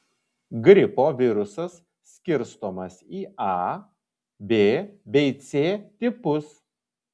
gripo virusas skirstomas į a b bei c tipus